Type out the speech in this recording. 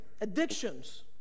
Addictions